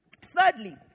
Thirdly